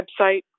website